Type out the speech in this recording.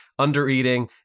undereating